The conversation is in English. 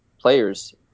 players